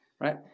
Right